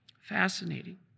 fascinating